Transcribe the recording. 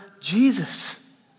Jesus